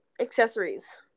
Accessories